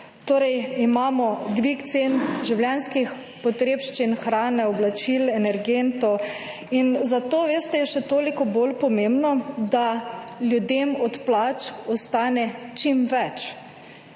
torej imamo dvig cen življenjskih potrebščin, hrane, oblačil, energentov in zato, veste, je še toliko bolj pomembno, da ljudem od plač ostane čim več,